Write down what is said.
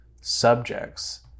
subjects